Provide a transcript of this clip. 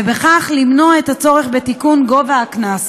ובכך למנוע את הצורך בתיקון גובה הקנס.